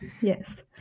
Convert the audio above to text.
yes